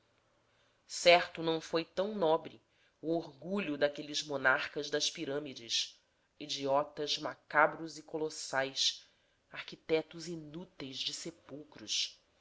certo não foi tão nobre o orgulho daqueles monarcas das pirâmides idiotas macabros e colossais arquitetos inúteis de sepulcros